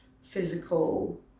physical